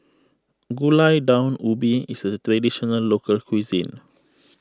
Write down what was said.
Gulai Daun Ubi is a Traditional Local Cuisine